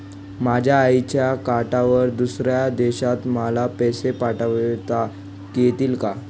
माझ्या आईच्या खात्यावर दुसऱ्या देशात मला पैसे पाठविता येतील का?